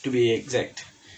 to be exact